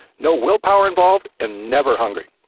no willpower involved and never hungry.